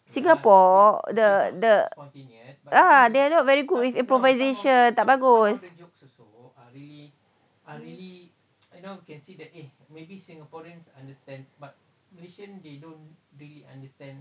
singapore the the ah they're not very good with improvisation tak bagus